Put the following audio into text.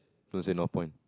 don't say no point